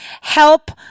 help